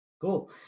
Cool